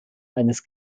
eines